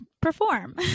perform